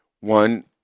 one